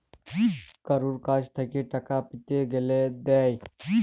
কারুর কাছ থেক্যে টাকা পেতে গ্যালে দেয়